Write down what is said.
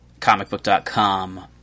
ComicBook.com